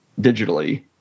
digitally